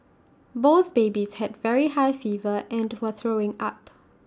both babies had very high fever and were throwing up